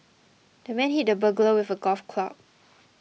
the man hit the burglar with a golf club